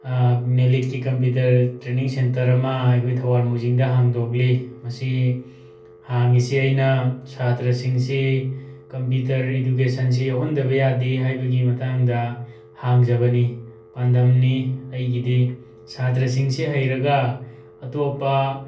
ꯅꯦꯂꯤꯠꯀꯤ computer training centre ꯑꯃ ꯑꯩꯈꯣꯏꯒꯤ ꯊꯧꯕꯥꯜ ꯃꯣꯏꯖꯤꯡꯗ ꯍꯥꯡꯗꯣꯛꯂꯤ ꯃꯁꯤ ꯍꯥꯡꯉꯤꯁꯤ ꯑꯩꯅ ꯁꯥꯇ꯭ꯔꯁꯤꯡꯁꯤ ꯀꯝꯄ꯭ꯌꯨꯇꯔ ꯏꯗꯨꯀꯦꯁꯟꯁꯤ ꯌꯥꯎꯍꯟꯗꯕ ꯌꯥꯗꯦ ꯍꯥꯏꯕꯒꯤ ꯃꯇꯥꯡꯗ ꯍꯥꯡꯖꯕꯅꯤ ꯄꯥꯟꯗꯝꯅꯤ ꯑꯩꯒꯤꯗꯤ ꯁꯥꯇ꯭ꯔꯁꯤꯡꯁꯤ ꯍꯩꯔꯒ ꯑꯇꯣꯞꯄ